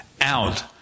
out